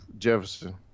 Jefferson